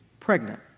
pregnant